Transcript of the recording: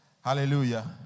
Hallelujah